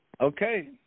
Okay